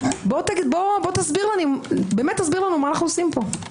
תסביר לי מה אנחנו עושים פה.